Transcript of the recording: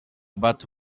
but